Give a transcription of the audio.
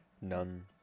None